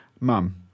mum